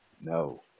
no